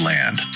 Land